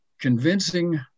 convincing